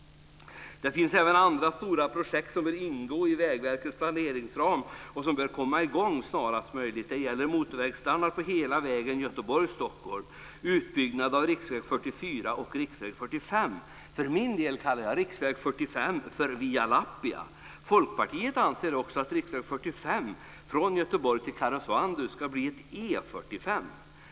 Det finns andra stora projekt som bör ingå i Vägverkets planeringsram och som bör komma igång snarast möjligt. Det gäller motorvägsstandard på hela vägen Göteborg-Stockholm och utbyggnad av riksväg 44 och riksväg 45. Jag kallar riksväg 45 för Via Lappia. Folkpartiet anser också att riksväg 45 från Göteborg till Karesuando ska bli E 45.